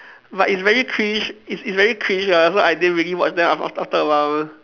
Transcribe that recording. but it's very cringe it's it's very cringe ah so I didn't really watch then af~ after a while